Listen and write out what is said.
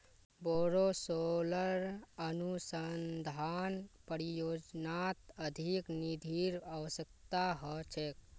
बोरो सोलर अनुसंधान परियोजनात अधिक निधिर अवश्यकता ह छेक